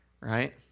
right